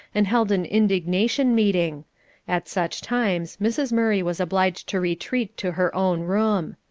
and held an indignation meeting at such times mrs. murray was obliged to retreat to her own room.